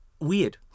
weird